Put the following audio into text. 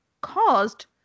caused